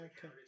Okay